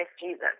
Jesus